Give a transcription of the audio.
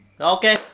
Okay